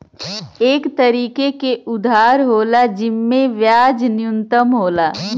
एक तरीके के उधार होला जिम्मे ब्याज न्यूनतम होला